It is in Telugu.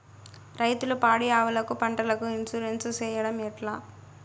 రైతులు పాడి ఆవులకు, పంటలకు, ఇన్సూరెన్సు సేయడం ఎట్లా?